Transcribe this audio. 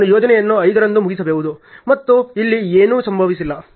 ಆದ್ದರಿಂದ ನಾನು ಯೋಜನೆಯನ್ನು 5 ರಂದು ಮುಗಿಸಬಹುದು ಮತ್ತು ಇಲ್ಲಿ ಏನೂ ಸಂಭವಿಸಿಲ್ಲ